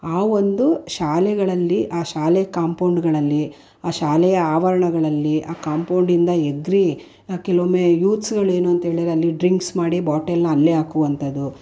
ಆ ಒಂದು ಶಾಲೆಗಳಲ್ಲಿ ಆ ಶಾಲೆ ಕಾಂಪೌಂಡುಗಳಲ್ಲಿ ಆ ಶಾಲೆಯ ಆವರಣಗಳಲ್ಲಿ ಆ ಕಾಂಪೌಂಡಿಂದ ಎಗರಿ ಕೆಲವೊಮ್ಮೆ ಯೂತ್ಸ್ಗಳೇನು ಅಂತ್ಹೇಳಿರೆ ಅಲ್ಲಿ ಡ್ರಿಂಕ್ಸ್ ಮಾಡಿ ಬಾಟೆಲನ್ನ ಅಲ್ಲಿಯೇ ಹಾಕುವಂಥದು